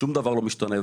שום דבר לא משתנה.